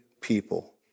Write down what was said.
people